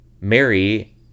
Mary